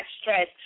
stress